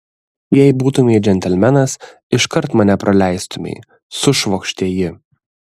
jei būtumei džentelmenas iškart mane praleistumei sušvokštė ji